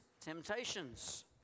temptations